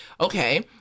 okay